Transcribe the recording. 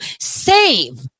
save